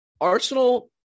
Arsenal